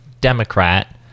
democrat